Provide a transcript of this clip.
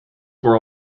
were